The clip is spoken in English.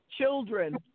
Children